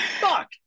fuck